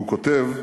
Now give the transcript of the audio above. והוא כותב: